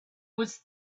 was